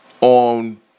on